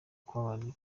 kubabarira